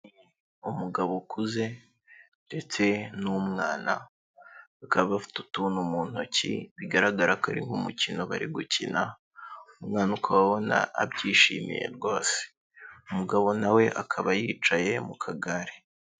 Umugabo ukuze ndetse n'umwana, bakaba bafite utuntu mu ntoki bigaragara ko ari nk'umukino bari gukina, umwana ukaba ubona abyishimiye rwose, umugabo nawe akaba yicaye mu kagare.